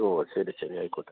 ഓ ശരി ശരി ആയിക്കോട്ടെ